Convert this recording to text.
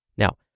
Now